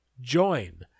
join